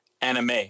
Anime